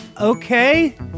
Okay